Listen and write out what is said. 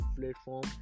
platform